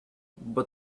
but